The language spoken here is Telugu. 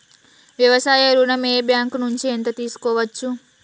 వ్యవసాయ ఋణం ఏ బ్యాంక్ నుంచి ఎంత తీసుకోవచ్చు?